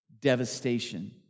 devastation